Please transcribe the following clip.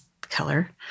color